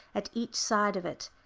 at each side of it.